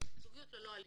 תכנית "זוגיות ללא אלימות".